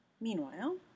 Meanwhile